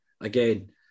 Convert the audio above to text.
again